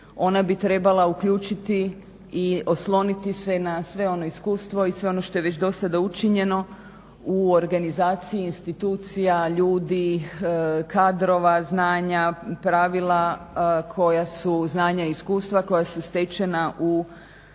Ona bi trebala uključiti i osloniti se na sve ono iskustvo i sve ono što je već dosada učinjeno u organizaciji institucija, ljudi, kadrova, znanja, pravila, znanja i iskustva koja su stečena u upravljanju